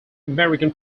american